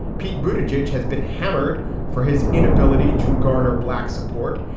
pete bhuta jej has been hammered for his inability to garner black support,